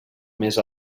més